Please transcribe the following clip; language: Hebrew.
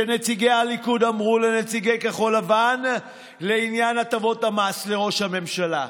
שנציגי הליכוד אמרו לנציגי כחול לבן לעניין הטבות המס לראש הממשלה: